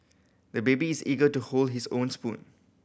the baby is eager to hold his own spoon